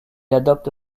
adopte